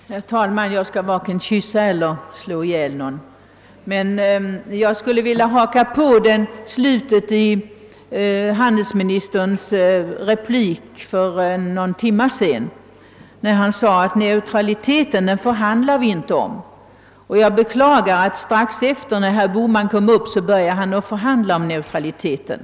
Herr talman! Jag skall varken kyssa eller slå ihjäl någon. Men jag skulle vilja haka på slutet av handelsministerns replik för någon timme sedan och instämma i när han sade, att neutraliteten förhandlar vi inte om. Jag beklagar att herr Bohman, när han strax därefter kom upp i talarstolen, började förhandla om neutraliteten.